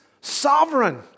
sovereign